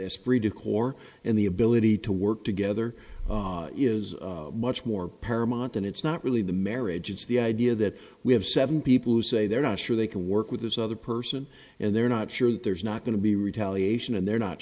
esprit de corps and the ability to work together is much more paramount than it's not really the marriage it's the idea that we have seven people who say they're not sure they can work with this other person and they're not sure that there's not going to be retaliation and they're not